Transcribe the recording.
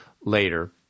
later